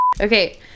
Okay